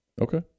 Okay